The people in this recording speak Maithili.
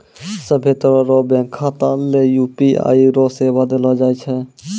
सभ्भे तरह रो बैंक खाता ले यू.पी.आई रो सेवा देलो जाय छै